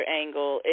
angle